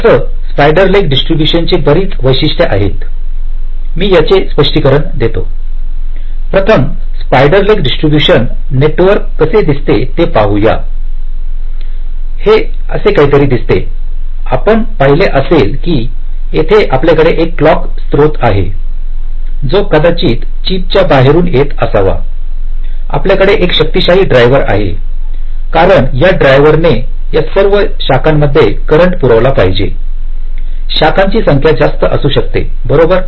तसं spider leg distribution चे बरीच वैशिष्ट्ये आहेत मी याचे स्पष्टीकरण देतो प्रथम स्पायडर लेग डिस्ट्रीब्यूशन नेटवर्क कसे दिसते ते पाहूया हे असे काहीतरी दिसते आपण पाहिले असेल की येथे आपल्याकडे एक क्लॉक स्त्रोत आहे जो कदाचित चिप च्या बाहेरून येत असावाआपल्याकडे एक शक्तिशाली ड्राइव्हर आहे कारण या ड्रायव्हर ने या सर्व शाखांमध्ये करंट पुरविला पाहिजेशाखांची संख्या जास्त असू शकते बरोबर